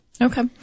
okay